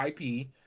IP